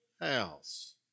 house